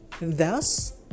Thus